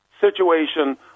situation